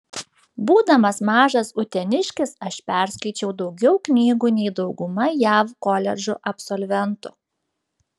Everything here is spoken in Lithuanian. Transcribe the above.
būdamas mažas uteniškis aš perskaičiau daugiau knygų nei dauguma jav koledžų absolventų